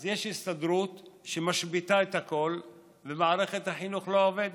אז יש הסתדרות שמשביתה את הכול ומערכת החינוך לא עובדת.